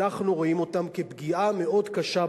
אנחנו רואים אותם כפגיעה מאוד קשה בנו.